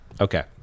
Okay